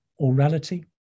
orality